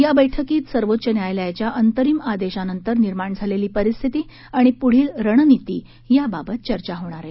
या बैठकीत सर्वोच्च न्यायालयाच्या अंतरिम आदेशानंतर निर्माण झालेली परिस्थिती आणि पुढील रणनिती याबाबत चर्चा होणार आहे